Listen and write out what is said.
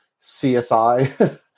CSI